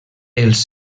els